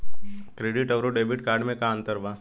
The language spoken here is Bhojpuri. क्रेडिट अउरो डेबिट कार्ड मे का अन्तर बा?